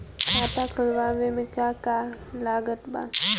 खाता खुलावे मे का का लागत बा?